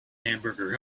hamburger